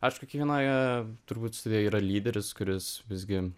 aišku kiekvienoje turbūt yra lyderis kuris visgi